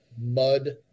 mud